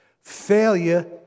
Failure